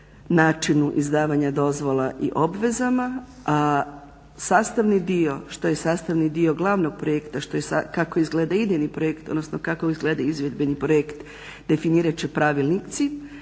načinu izdavanja dozvola i obvezama, a sastavni dio što je sastavni dio glavnog projekta, kako izgleda idejni projekt odnosno kako